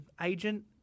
agent